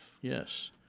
Yes